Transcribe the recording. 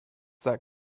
that